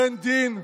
אין דין,